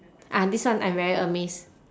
ah this one I'm very amazed